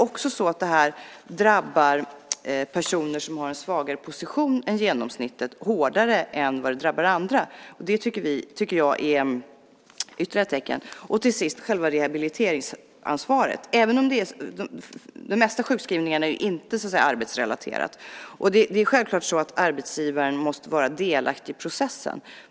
Och detta drabbar personer som har en svagare position än genomsnittet hårdare än vad det drabbar andra. Det tycker jag är ytterligare ett tecken. Till sist ska jag säga något om själva rehabiliteringsansvaret. De flesta sjukskrivningarna är inte arbetsrelaterade. Och det är självklart så att arbetsgivaren måste vara delaktig i processen.